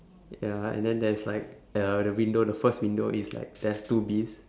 ya and then theres like uh the window the first window is like there's two bees